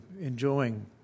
enjoying